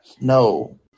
No